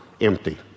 empty